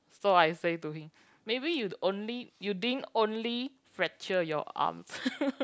so I say to him maybe you only you didn't only fracture your arm